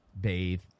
bathe